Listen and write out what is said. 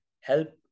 help